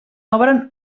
obren